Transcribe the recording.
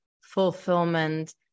fulfillment